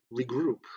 regroup